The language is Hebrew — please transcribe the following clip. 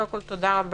קודם כל, תודה רבה